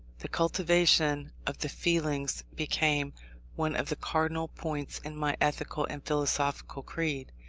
the cultivation of the feelings became one of the cardinal points in my ethical and philosophical creed.